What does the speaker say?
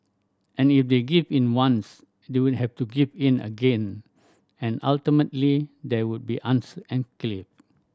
and if they give in once they would have to give in again and ultimately they would be